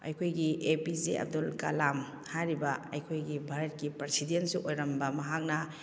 ꯑꯩꯈꯣꯏꯒꯤ A P J Abdul Kalam ꯍꯥꯏꯔꯤꯕ ꯑꯩꯈꯣꯏꯒꯤ ꯚꯥꯔꯠꯀꯤ ꯄ꯭ꯔꯁꯤꯗꯦꯛꯁꯨ ꯑꯣꯏꯔꯝꯕ ꯃꯍꯥꯛꯅ